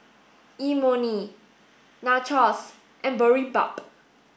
Imoni Nachos and Boribap